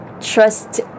trust